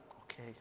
Okay